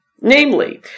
namely